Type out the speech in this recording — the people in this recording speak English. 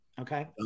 okay